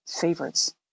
favorites